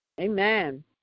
Amen